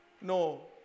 No